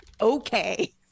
okay